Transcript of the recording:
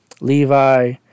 Levi